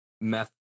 meth